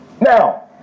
Now